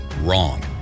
Wrong